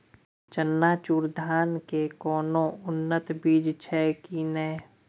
चननचूर धान के कोनो उन्नत बीज छै कि नय?